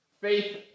faith